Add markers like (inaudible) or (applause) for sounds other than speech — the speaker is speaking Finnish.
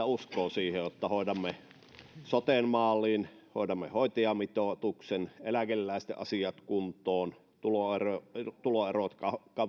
(unintelligible) uskoo siihen että hoidamme soten maaliin hoidamme hoitajamitoituksen eläkeläisten asiat kuntoon tuloerot tuloerot